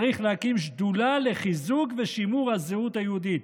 צריך להקים שדולה לחיזוק ושימור הזהות היהודית.